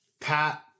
Pat